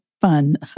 fun